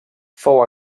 fou